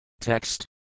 Text